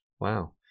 Wow